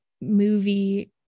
movie